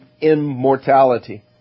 immortality